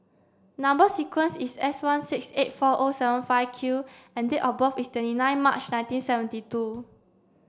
number sequence is S one six eight four O seven five Q and date of birth is twenty nine March nineteen seventy two